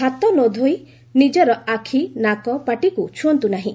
ହାତ ନ ଧୋଇ ନିଜର ଆଖି ନାକ ପାଟିକୁ ଛୁଅଁନ୍ତୁ ନାହିଁ